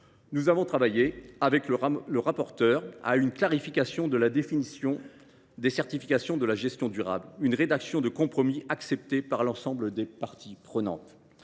Nous avons travaillé avec le rapporteur à une clarification de la définition de la certification de la gestion durable, et avons abouti à une rédaction de compromis acceptée par l’ensemble des parties prenantes.